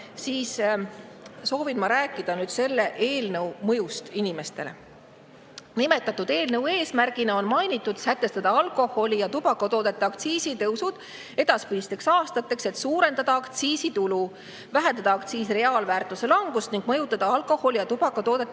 –, soovin ma rääkida nüüd selle eelnõu mõjust inimestele. Nimetatud eelnõu eesmärgina on mainitud sätestada alkoholi ja tubakatoodete aktsiisitõusud edaspidisteks aastateks, et suurendada aktsiisitulu, vähendada aktsiisi reaalväärtuse langust ning mõjutada alkoholi ja tubakatoodete